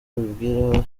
abibwira